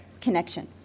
connection